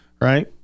right